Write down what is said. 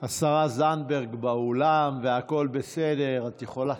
השרה זנדברג באולם והכול בסדר, את יכולה,